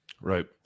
Right